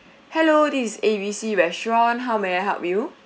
hello this is A B C restaurant how may I help you